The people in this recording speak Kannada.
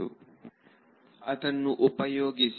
ವಿದ್ಯಾರ್ಥಿ ಎಲ್ಲದನ್ನು ಅದನ್ನು ಉಪಯೋಗಿಸಿ